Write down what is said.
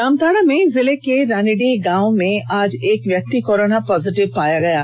जामताड़ा में जिले के रानीडीह गांव में आज एक व्यक्ति कोरोना पॉजिटिव पाया गया है